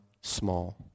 small